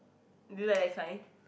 you like that kind